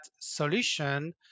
solution